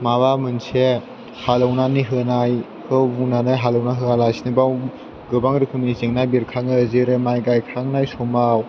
माबा मोनसे हालेवनानै होनायखौ बुंनानै हालेवना होयालासेनो बेयाव गोबां रोखोमनि जेंना बेरखाङो जेरै माइ गायखांनाय समाव